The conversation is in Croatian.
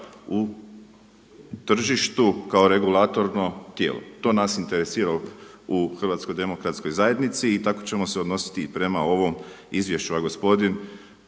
u tržištu kao regulatorno tijelo. To nas interesira u HDZ-u i tako ćemo se odnositi i prema ovom izvješću. A gospodin